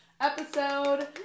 episode